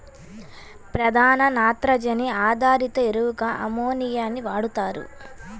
ప్రధాన నత్రజని ఆధారిత ఎరువుగా అమ్మోనియాని వాడుతారు